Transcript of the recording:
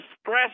stress